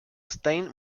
stein